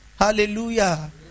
Hallelujah